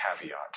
caveat